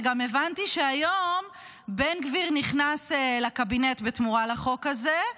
וגם הבנתי שהיום בן גביר נכנס לקבינט בתמורה לחוק הזה,